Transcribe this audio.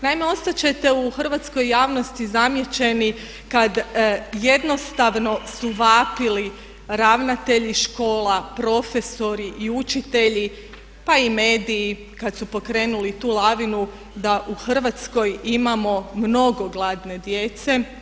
Naime, ostat ćete u hrvatskoj javnosti zamijećeni kad jednostavno su vapili ravnatelji škola, profesori i učitelji pa i mediji kad su pokrenuli tu lavinu da u hrvatskoj imamo mnogo gladne djece.